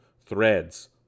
threads